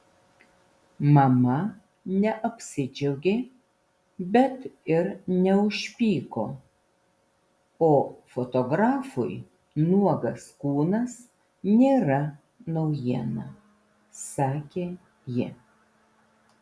mama neapsidžiaugė bet ir neužpyko o fotografui nuogas kūnas nėra naujiena sakė ji